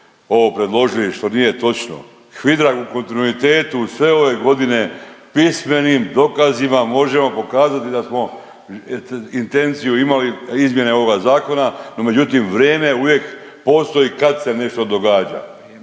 HVIDR-a u kontinuitetu sve ove godine pismenim dokazima možemo pokazati da smo intenciju imali izmjene ovoga zakona, no međutim vrijeme uvijek postoji kad se nešto